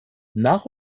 nach